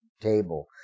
table